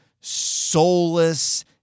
soulless